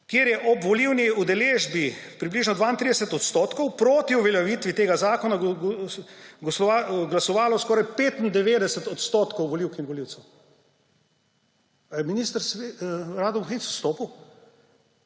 kjer je ob volilni udeležbi približno 32 odstotkov proti uveljavitvi tega zakona glasovalo skoraj 95 odstotkov volivk in volivcev. Ali je minister Rado Bohinc odstopil?